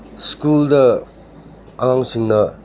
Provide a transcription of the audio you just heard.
ꯁ꯭ꯀꯨꯜꯗ ꯑꯉꯥꯡꯁꯤꯡꯅ